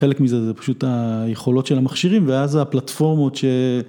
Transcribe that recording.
חלק מזה זה פשוט היכולות של המכשירים, ואז הפלטפורמות ש...